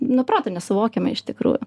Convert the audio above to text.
nu protu nesuvokiami iš tikrųjų